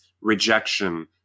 rejection